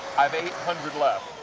um eight hundred left.